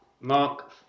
Mark